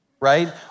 right